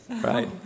right